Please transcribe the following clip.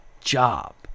job